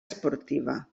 esportiva